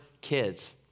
kids